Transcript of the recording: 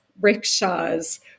rickshaws